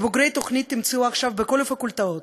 את בוגרי התוכנית תמצאו עכשיו בכל הפקולטות,